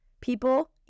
people